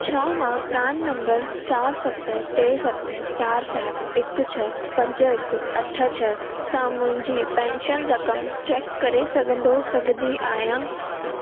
छा मां PRAN number चारि सत टे सत चारि चारि हिक छह पंज हिक अठ छह सां मुंहिंजी पेंशन रक़म चेक करे सघंदो सघंदी आहियां